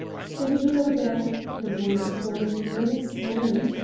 steady below there! her voice called, and the next moment,